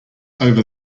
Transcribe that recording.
over